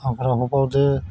हाग्रा हबावदो